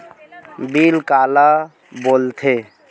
Bill काला बोल थे?